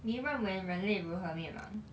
你认为人类如何灭满